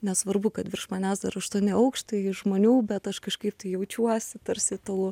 nesvarbu kad virš manęs dar aštuoni aukštai žmonių bet aš kažkaip tai jaučiuosi tarsi tų